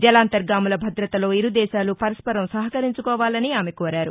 జలాంతర్గాముల భద్రతలో ఇరు దేశాలు పరస్పరం సహకరించుకోవాలని ఆమె కోరారు